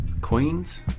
Queens